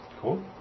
cool